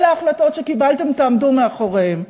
אלה ההחלטות שקיבלתם, תעמדו מאחוריהן.